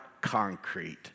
concrete